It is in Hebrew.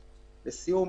לסיום,